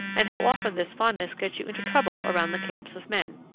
and how often this fondness gets you into trouble around the camps of men.